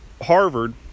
Harvard